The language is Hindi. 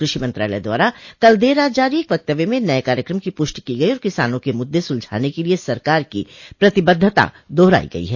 कृषि मंत्रालय द्वारा कल देर रात जारी एक वक्तत्व में नए कार्यक्रम की पुष्टि की गई और किसानों के मुद्दे सलझाने के लिए सरकार की प्रतिबद्वता दोहराई गई है